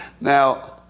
Now